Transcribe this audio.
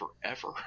forever